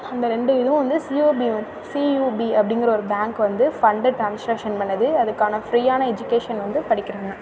அந்த ரெண்டு இதுவும் வந்து சியுபி வந்து சியுபி அப்டிங்கிற ஒரு பேங்க் வந்து ஃபண்டை ட்ரான்ஸ்சேஷன் பண்ணுது அதுக்கான ஃப்ரீயான எஜுகேஷன் வந்து படிக்கிறாங்க